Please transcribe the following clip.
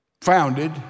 founded